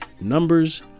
Numbers